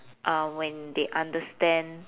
um when they understand